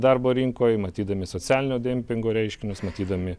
darbo rinkoj matydami socialinio dempingo reiškinius matydami